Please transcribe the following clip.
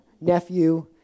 nephew